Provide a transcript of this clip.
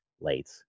late